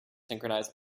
synchronize